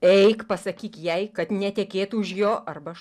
eik pasakyk jai kad netekėtų už jo arba aš